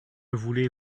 voulez